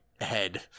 head